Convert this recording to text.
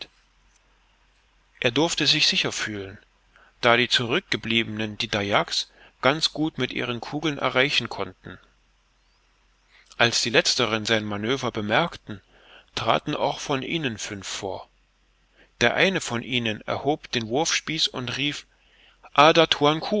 er durfte sich sicher fühlen da die zurückgebliebenen die dayaks ganz gut mit ihren kugeln erreichen konnten als die letzteren sein manöver bemerkten traten auch von ihnen fünf vor der eine von ihnen erhob den wurfspieß und rief